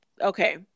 okay